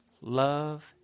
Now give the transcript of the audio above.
love